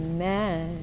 Amen